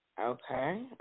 Okay